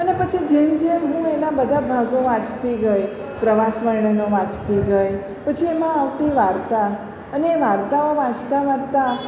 અને પછી જેમ જેમ હું એના બધા ભાગો વાંચતી ગઈ પ્રવાસ વર્ણનો વાંચતી ગઈ પછી એમાં આવતી વાર્તા અને એ વાર્તાઓ વાંચતાં વાંચતાં